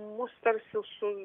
mus tarsi su